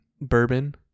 bourbon